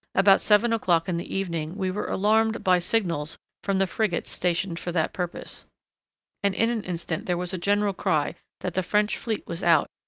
about seven o'clock in the evening we were alarmed by signals from the frigates stationed for that purpose and in an instant there was a general cry that the french fleet was out,